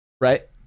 Right